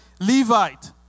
Levite